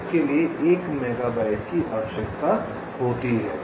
इसके लिए 1 मेगाबाइट की आवश्यकता होती है